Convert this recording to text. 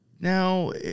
Now